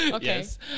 Yes